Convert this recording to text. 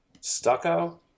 stucco